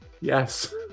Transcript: Yes